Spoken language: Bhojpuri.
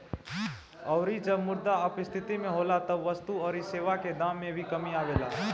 अउरी जब मुद्रा अपस्थिति में होला तब वस्तु अउरी सेवा के दाम में कमी आवेला